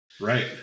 Right